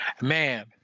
man